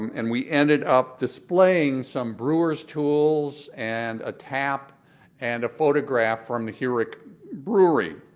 um and we ended up displaying some brewers' tools and a tap and a photograph from the heurich brewery.